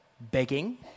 begging